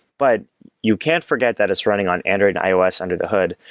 but you can't forget that it's running on android and ios under the hood,